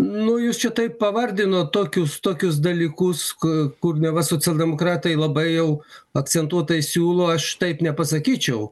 nu jūs čia taip pavardinot tokius tokius dalykus ku neva socialdemokratai labai jau akcentuotai siūlo aš taip nepasakyčiau